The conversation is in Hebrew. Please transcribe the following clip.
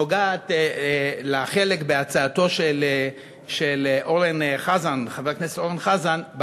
קשורה לחלק בהצעתו של חבר הכנסת אורן חזן,